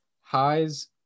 highs